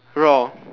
roar